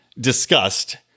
discussed